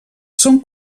són